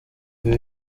ibi